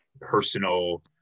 personal